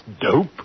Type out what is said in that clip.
dope